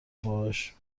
باهاش